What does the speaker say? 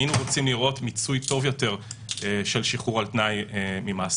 היינו רוצים לראות מיצוי טוב יותר של שחרור על תנאי ממאסר.